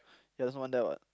yeah there's one there [what]